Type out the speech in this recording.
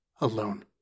alone